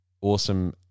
awesome